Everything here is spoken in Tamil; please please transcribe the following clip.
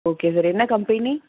ஓகே சார் என்ன கம்பெனி